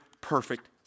perfect